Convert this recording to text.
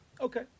Okay